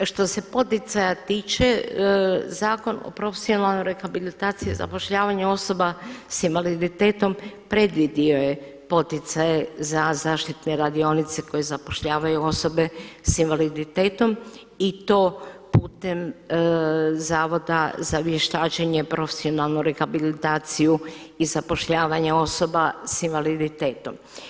Što se poticaja tiče, Zakon o profesionalnoj rehabilitaciji i zapošljavanju osoba s invaliditetom predvidio je poticaje za zaštitne radionice koje zapošljavaju osobe sa invaliditetom i to putem Zavoda za vještačenje, profesionalnu rehabilitaciju i zapošljavanje osoba sa invaliditetom.